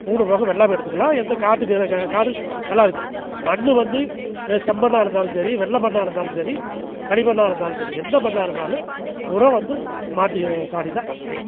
மூணு போகம் வெள்ளாமை எடுத்துக்கலாம் எந்த காட்டுக்கு காடு நல்லா இருக்கும் மண் வந்து வெ செம்மண்ணாக இருந்தாலும் சரி வெள்ளை மண்ணாக இருந்தாலும் சரி களிமண்ணாக இருந்தாலும் சரி எந்த மண்ணாக இருந்தாலும் உரம் வந்து மாட்டு சாணி தான் மெயின்